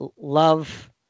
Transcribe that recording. love